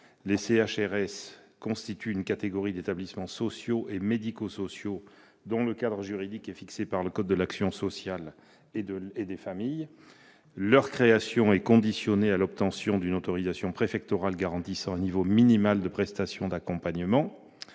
Les CHRS constituent une catégorie d'établissements sociaux et médico-sociaux dont le cadre juridique est fixé par le code de l'action sociale et des familles. Leur création est conditionnée à l'obtention d'une autorisation préfectorale garantissant un niveau minimal de prestations d'accompagnement.